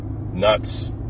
nuts